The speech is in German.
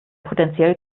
potenziell